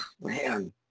Man